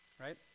Right